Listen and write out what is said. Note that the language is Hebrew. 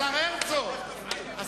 השר הרצוג.